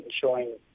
showing